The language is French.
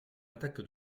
attaque